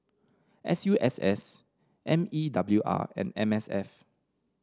S U S S M E W R and M S F